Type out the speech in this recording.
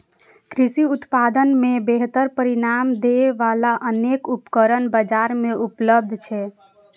कृषि उत्पादन मे बेहतर परिणाम दै बला अनेक उपकरण बाजार मे उपलब्ध छै